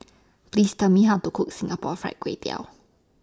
Please Tell Me How to Cook Singapore Fried Kway Tiao